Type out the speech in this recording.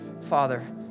Father